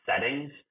settings